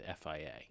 FIA